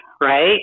Right